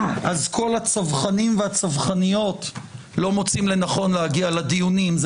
אז כל הצווחנים והצווחניות לא מוצאים לנכון להגיע לדיונים.